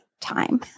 time